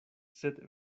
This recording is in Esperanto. sed